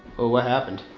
oh what happened?